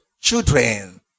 Children